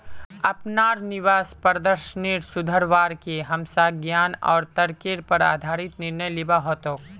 अपनार निवेश प्रदर्शनेर सुधरवार के हमसाक ज्ञान आर तर्केर पर आधारित निर्णय लिबा हतोक